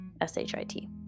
S-H-I-T